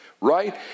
right